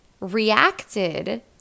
reacted